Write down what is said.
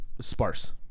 sparse